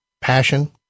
passion